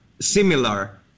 similar